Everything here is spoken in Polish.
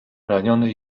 raniony